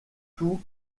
tout